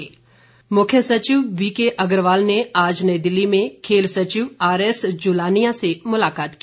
मुख्य सचिव मुख्य सचिव बी के अग्रवाल ने आज नई दिल्ली में खेल सचिव आरएस जुलानिया से मुलाकात की